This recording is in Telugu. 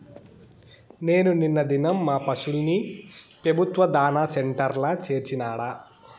నేను నిన్న దినం మా పశుల్ని పెబుత్వ దాణా సెంటర్ల చేర్చినాడ